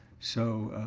so,